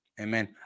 Amen